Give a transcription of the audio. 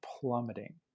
plummeting